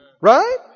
right